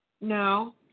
No